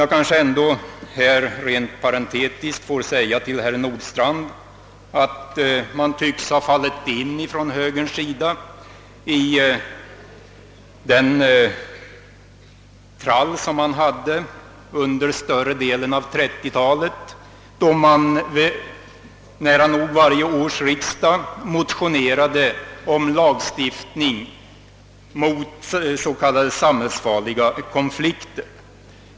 Jag kanske ändå parentetiskt får säga till herr Nordstrandh att högern tycks ha fallit in i trallen från 1930-talet, då man nära nog vid varje riksdag motionerade om lagstiftning mot s.k. samhällsfarliga konflikter.